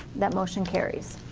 that motion carries.